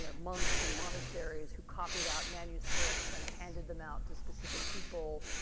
ah monks and monasteries who copied out manuscripts and handed them out to specific people,